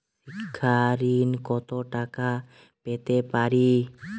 শিক্ষা ঋণ কত টাকা পেতে পারি?